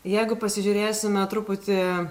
jeigu pasižiūrėsime truputį